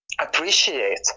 appreciate